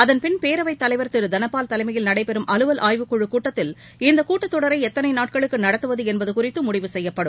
அதன்பின் பேரவைத் தலைவர் திரு தனபால் தலைமையில் நடைபெறும் அலுவல் ஆய்வுக்குழு கூட்டத்தில் இந்தக் கூட்டத்தொடரை எத்தனை நாட்களுக்கு நடத்துவது என்பது குறித்து முடிவு செய்யப்படும்